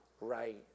right